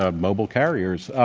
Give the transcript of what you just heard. ah mobile carriers.